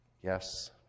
Yes